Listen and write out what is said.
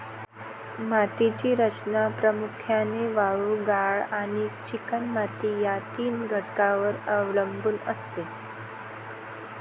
मातीची रचना प्रामुख्याने वाळू, गाळ आणि चिकणमाती या तीन घटकांवर अवलंबून असते